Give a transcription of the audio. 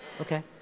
Okay